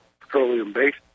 petroleum-based